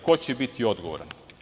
Ko će biti odgovoran?